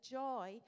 joy